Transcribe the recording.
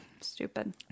Stupid